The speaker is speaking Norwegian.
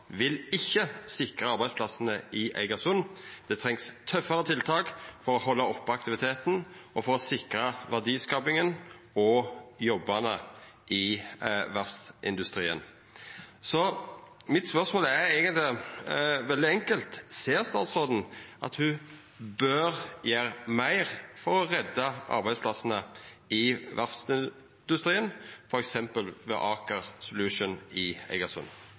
vil ikkje sikra arbeidsplassane i Eigersund. Det trengst tøffare tiltak for å halda oppe aktiviteten og sikra verdiskapinga og jobbane i verftsindustrien. Spørsmålet mitt er eigentleg veldig enkelt: Ser statsråden at ho bør gjera meir for å redda arbeidsplassane i verftsindustrien, f.eks. ved Aker Solutions i